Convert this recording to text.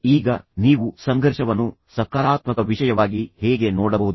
ಈಗ ನೀವು ಸಂಘರ್ಷವನ್ನು ಸಕಾರಾತ್ಮಕ ವಿಷಯವಾಗಿ ಹೇಗೆ ನೋಡಬಹುದು